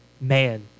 man